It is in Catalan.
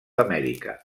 amèrica